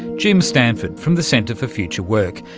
jim stanford from the centre for future work.